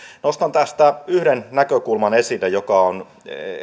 nostan tästä yhden näkökulman esille joka on